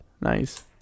nice